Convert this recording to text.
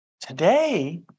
Today